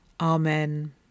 Amen